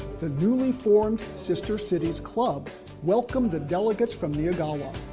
the newly formed sister cities club welcomed the delegates from neyagawa,